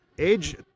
Age